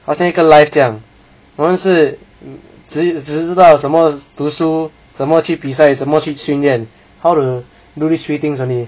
好像一个 life 这样然后是只知道什么读书怎么去比赛怎么去训练 how to do these three things only